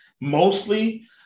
mostly